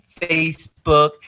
facebook